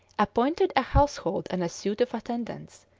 appointed a household and a suite of attendants,